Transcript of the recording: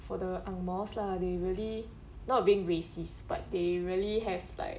for the ang mo's lah they really not being racist but they really have like